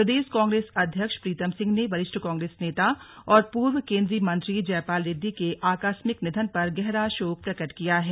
प्रदेश कांग्रेस अध्यक्ष प्रीतम सिंह ने वरिष्ठ कांग्रेस नेता और पूर्व केन्द्रीय मंत्री जयपाल रेड्डी के आकस्मिक निधन पर गहरा शोक प्रकट किया है